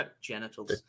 Genitals